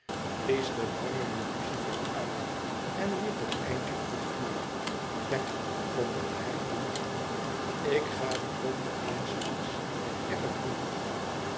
blies den brandenden lucifer uit en wierp het eindje op het vuur wegg kondigde hij toen aan ik ga de ronde eens langs het erf